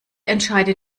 entscheide